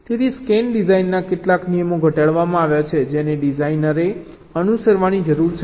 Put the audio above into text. તેથી સ્કેન ડિઝાઇનના કેટલાક નિયમો ઘડવામાં આવ્યા છે જેને ડિઝાઇનરે અનુસરવાની જરૂર છે